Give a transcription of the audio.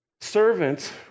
Servants